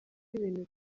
ibintu